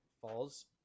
falls